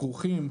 כרוכים,